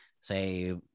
say